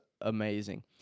amazing